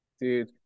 Dude